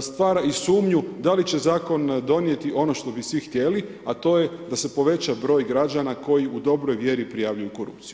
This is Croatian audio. stvara i sumnju da li će zakon donijeti ono što bi svi htjeli, a to je da se poveća broj građana koji u dobroj vjeri prijavljuju korupciju.